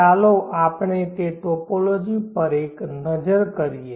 ચાલો આપણે તે ટોપોલોજી પર એક નજર કરીએ